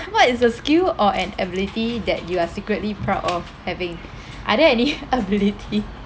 what is a skill or an ability that you are secretly proud of having are there any ability